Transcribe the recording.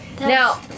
Now